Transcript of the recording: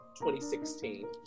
2016